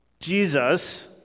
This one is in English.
Jesus